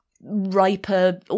riper